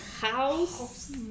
house